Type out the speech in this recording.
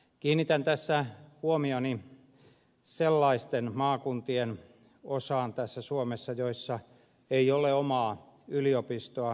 kiinnitän tässä huomioni suomessa sellaisten maakuntien osaan joissa ei ole omaa yliopistoa